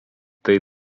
tai